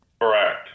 Correct